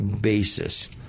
basis